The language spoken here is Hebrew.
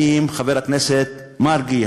חבר הכנסת מרגי,